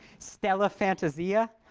stella fantasia.